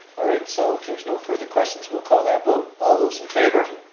all right so if there's no further questions we'll call that vote. all those in favor.